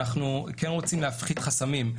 אנחנו כן רוצים להפחית חסמים.